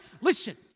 listen